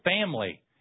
family